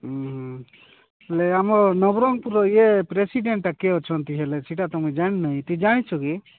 ହୁଁ ହେଲେ ଆମ ନବରଙ୍ଗପୁରର ଏଇ ପ୍ରେସିଡେଣ୍ଟଟା କିଏ ଅଛନ୍ତି ହେଲେ ସେଇଟା ତ ମୁଁ ଜାଣିିନାହିଁ ତୁ ଜାଣିଛୁ କି